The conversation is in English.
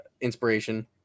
inspiration